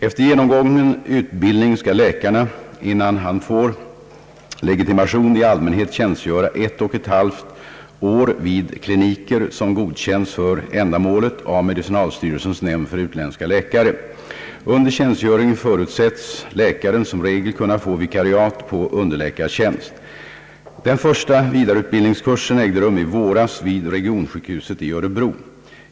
Efter genomgången utbildning skall läkaren — innan han får legitimation — i allmänhet tjänstgöra ett och .ett halvt år vid kliniker, som godkänts för ändamålet av medicinalstyrelsens nämnd för utländska läkare, Under tjänstgöringen förutsätts läkaren som regel kunna få vikariat på underläkartjänst. Den första vidareutbildningskursen ägde rum i våras vid regionsjukhuset i Örebro.